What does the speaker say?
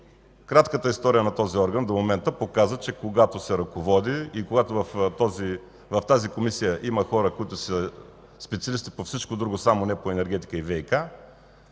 Кратката история на този орган до момента показа, че когато се ръководи и когато в него има хора, които са специалисти по всичко друго, само не по енергетика и ВиК,